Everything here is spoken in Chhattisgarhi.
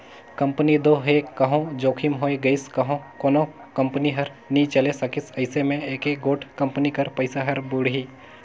कंपनी दो हे कहों जोखिम होए गइस कहों कोनो कंपनी हर नी चले सकिस अइसे में एके गोट कंपनी कर पइसा हर बुड़ही